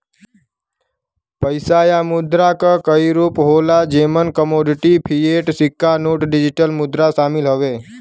पइसा या मुद्रा क कई रूप होला जेमन कमोडिटी, फ़िएट, सिक्का नोट, डिजिटल मुद्रा शामिल हउवे